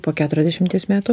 po keturiasdešimties metų